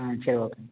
ஆ சரி ஓகேங்க